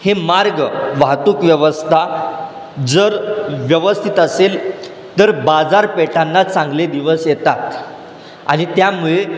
हे मार्ग वाहतूक व्यवस्था जर व्यवस्थित असेल तर बाजारपेठांना चांगले दिवस येतात आणि त्यामुळे